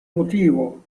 motivo